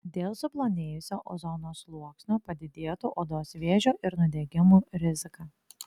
dėl suplonėjusio ozono sluoksnio padidėtų odos vėžio ir nudegimų rizika